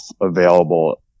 available